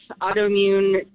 autoimmune